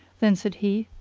then said he,